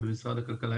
במשרד הכלכלה,